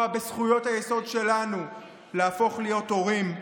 בזכויות היסוד שלנו להפוך להיות הורים,